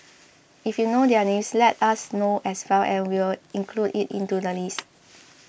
if you know their names let us know as well and we'll include it into the list